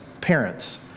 parents